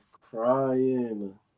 crying